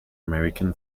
american